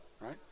right